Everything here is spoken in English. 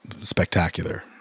spectacular